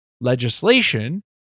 legislation